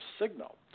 signal